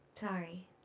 Sorry